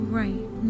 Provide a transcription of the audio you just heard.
right